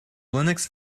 linux